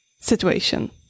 situation